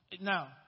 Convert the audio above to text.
Now